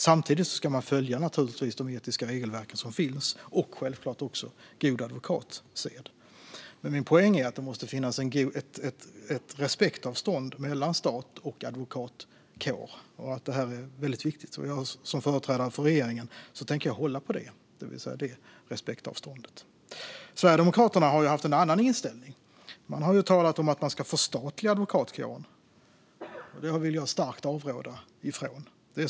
Samtidigt ska de givetvis följa de etiska regelverk som finns och givetvis också god advokatsed. Min poäng är att det måste finnas ett respektavstånd mellan stat och advokatkår. Det är viktigt, och som företrädare för regeringen tänker jag hålla på detta respektavstånd. Sverigedemokraterna har en annan inställning och talar om att förstatliga advokatkåren. Detta vill jag starkt avråda från.